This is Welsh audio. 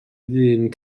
ddyn